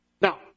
Now